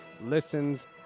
listens